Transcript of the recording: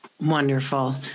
Wonderful